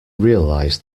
realized